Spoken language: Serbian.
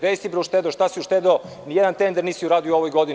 Gde si uštedeo, šta si uštedeo, ni jedan tender nisi uradio u ovoj godini?